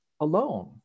alone